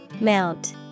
Mount